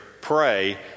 pray